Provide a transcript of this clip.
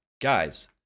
guys